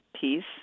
piece